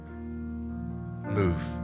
Move